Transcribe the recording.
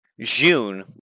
June